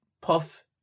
Puff